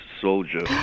soldier